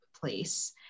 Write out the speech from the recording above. place